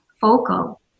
focal